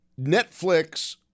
Netflix